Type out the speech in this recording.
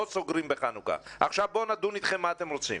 לא סוגרים בחנוכה ועכשיו בואו נדון אתכם ונראה מה אתם רוצים.